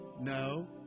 No